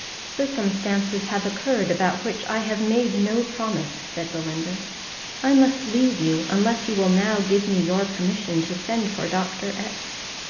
circumstances have occurred, about which i have made no promise, said belinda i must leave you, unless you will now give me your permission to send for dr. x.